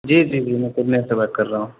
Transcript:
جی جی جی میں پورنیہ سے بات کر رہا ہوں